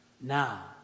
Now